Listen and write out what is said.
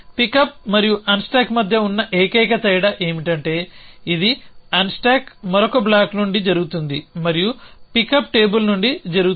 pickup మరియు unstack మధ్య ఉన్న ఏకైక తేడా ఏమిటంటే ఇది అన్స్టాక్ మరొక బ్లాక్ నుండి జరుగుతుంది మరియు పికప్ టేబుల్ నుండి జరుగుతుంది